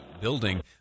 building